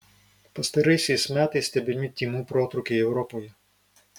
pastaraisiais metais stebimi tymų protrūkiai europoje